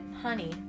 honey